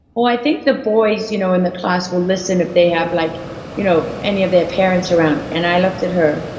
well i think the boys you know in the class will listen if they have like you know any of their parents around. and i looked at her,